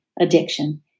addiction